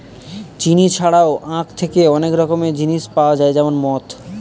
চিনি ছাড়াও আঁখ থেকে অনেক রকমের জিনিস পাওয়া যায় যেমন মদ